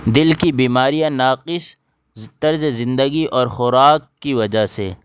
دل کی بیماریاں ناقص طرز زندگی اور خوراک کی وجہ سے